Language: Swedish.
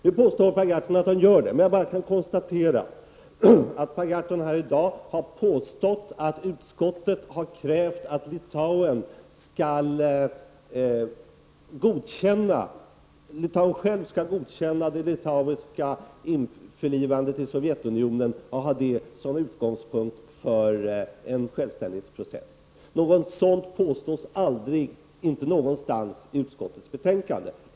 Nu påstår Per Gahrton att han gör det, men jag kan bara konstatera att han här i dag har påstått att utskottet har krävt att Litauen självt skall godkänna det litauiska införlivandet i Sovjetunionen och ha det som utgångspunkt för en självständighetsprocess. Något sådant påstås inte någonstans i utskottsbetänkandet.